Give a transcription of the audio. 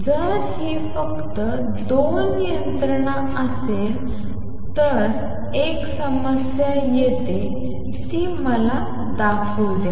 जर ही फक्त 2 यंत्रणा असेल तर एक समस्या येते ती मला ती दाखवू द्या